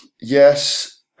yes